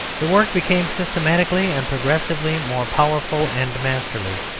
the work became systematically and progressively more powerful and masterly.